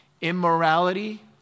Immorality